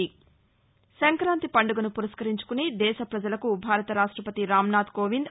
నంక్రాంతి పండుగను పురస్కరించుకుని దేశ పజలకు భారత రాష్టపతి రాంనాథ్ కోవింద్ ని